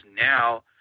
now